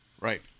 Right